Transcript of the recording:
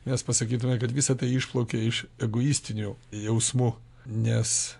mes pasakytume kad visa tai išplaukė iš egoistinių jausmų nes